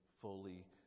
fully